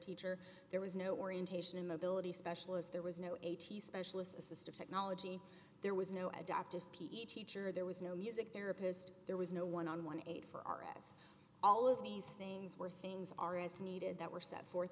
teacher there was no orientation mobility specialist there was no eighty specialist assistive technology there was no adoptive p e teacher there was no music therapist there was no one on one aide for r s all of these things where things are as needed that were set forth